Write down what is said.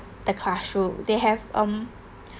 the classroom they have um